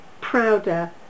prouder